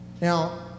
Now